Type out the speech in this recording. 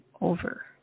over